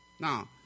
Now